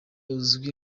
uzwi